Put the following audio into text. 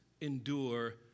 endure